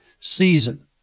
season